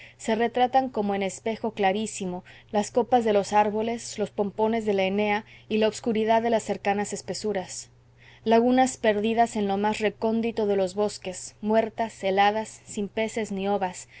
se retratan como en espejo clarísimo las copas de los árboles los pompones de la enea y la obscuridad de las cercanas espesuras lagunas perdidas en lo más recóndito de los bosques muertas heladas sin peces ni ovas